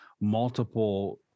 multiple